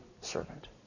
servant